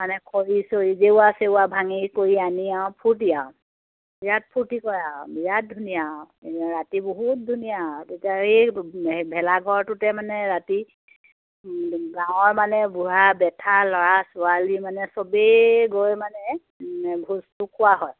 মানে খৰি চৰি জেওৱা চেওৱা ভাঙি কৰি আনি আৰু ফূৰ্তি আৰু বিৰাট ফূৰ্তি কৰে আৰু বিৰাট ধুনীয়া আৰু ৰাতি বহুত ধুনীয়া আৰু তেতিয়া এই ভেলাঘৰটোতে মানে ৰাতি গাঁৱৰ মানে বুঢ়া বেঠা ল'ৰা ছোৱালী মানে চবেই গৈ মানে ভোজটো খোৱা হয়